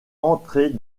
entrer